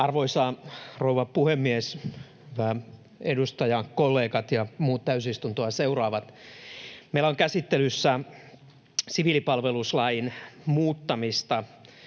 Arvoisa rouva puhemies sekä edustajakollegat ja muut täysistuntoa seuraavat! Meillä on käsittelyssä siviilipalveluslain muuttamista